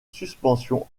suspensions